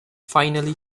finally